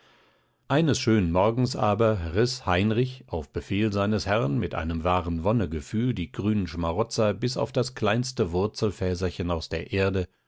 eines schönen morgens aber riß heinrich auf befehl seines herrn mit einem wahren wonnegefühl die grünen schmarotzer bis auf das kleinste wurzelfäserchen aus der erde